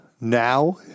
Now